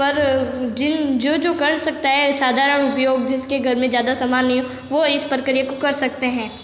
पर जिन जो जो कर सकता है साधारण उपयोग जिसके घर में ज़्यादा समान नहीं है वो इस प्रक्रिया को कर सकता है